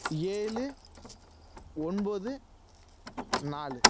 ஏழு ஒன்பது நாலு